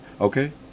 Okay